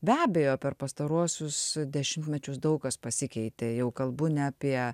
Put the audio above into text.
be abejo per pastaruosius dešimtmečius daug kas pasikeitė jau kalbu ne apie